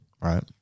Right